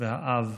והאב